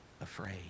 afraid